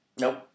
Nope